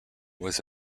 was